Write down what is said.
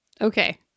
Okay